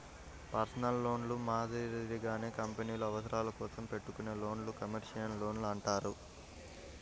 personal లోన్లు మాదిరిగానే కంపెనీల అవసరాల కోసం పెట్టుకునే లోన్లను కమర్షియల్ లోన్లు అంటారు